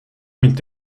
mit